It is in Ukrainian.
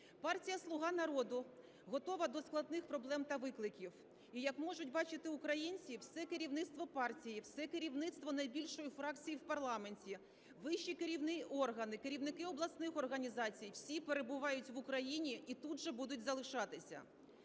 Партія "Слуга народу" готова до складних проблем та викликів, і, як можуть бачити українці, все керівництво партії, все керівництво найбільшої фракції в парламенті, вищий керівний орган і керівники обласних організацій – всі перебувають в Україні і тут же будуть залишатися,